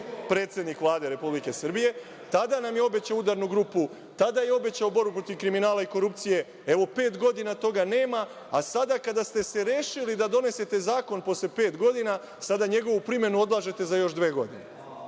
predsednik Vlade Republike Srbije, tada nam je obećao udarnu grupu, tada je obećao borbu protiv kriminala i korupcije, a evo, pet godina toga nema. Sada kada ste se rešili da donesete zakon, posle pet godina, sada njegovu primenu odlažete za još dve godine.